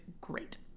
great